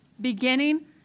beginning